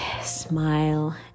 Smile